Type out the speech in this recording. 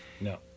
no